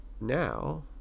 now